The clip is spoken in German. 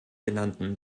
genannten